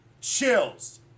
Chills